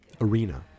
arena